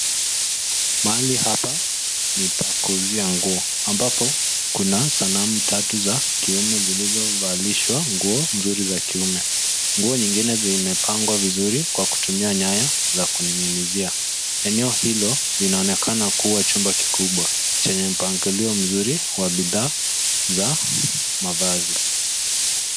Mahali hapa ni pa kuuzia nguo ambapo kuna sanamu tatu za kiume zilzovalishwa nguo mzuri za kiume. Nguo nyingine zimepangwa vizuri kwa kutumia nyaya za kuning'inizia. Eneo hilo linaonekana kuwa chumba kikubwa chenye mpangilio mzuri wa bidhaa za mavazi.